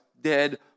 dead